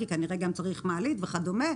כי כנראה גם צריך מעלית וכדומה,